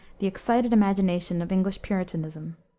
the excited imagination of english puritanism.